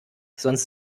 sonst